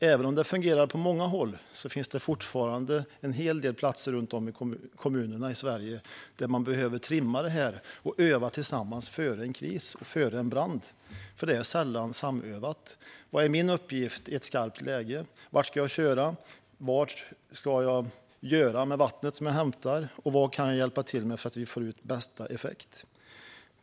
Även om det fungerar på många håll finns det fortfarande en hel del platser runt om i kommunerna i Sverige där man behöver trimma det här och öva tillsammans före en kris och före en brand, för det är sällan samövat. Vad är min uppgift i ett skarpt läge? Vart ska jag köra? Vad ska jag göra med vattnet som jag hämtar, och vad kan jag hjälpa till med för att vi ska få ut bästa effekt?